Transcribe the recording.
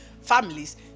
families